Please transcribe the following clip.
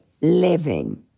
living